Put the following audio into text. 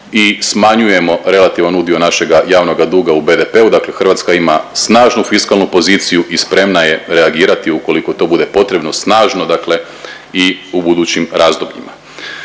i smanjujemo relativan udio našega javnoga duga u BDP-u. Dakle, Hrvatska ima snažnu fiskalnu poziciju i spremna je reagirati ukoliko to bude potrebno snažno dakle i u budućim razdobljima.